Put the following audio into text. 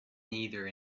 neither